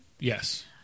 Yes